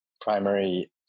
primary